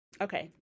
Okay